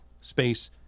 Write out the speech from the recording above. space